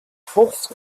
fuchs